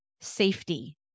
safety